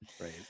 right